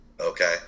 okay